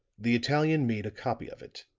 the italian made a copy of it.